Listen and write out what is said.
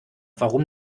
warum